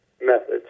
methods